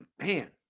man